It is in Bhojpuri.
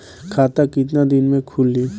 खाता कितना दिन में खुलि?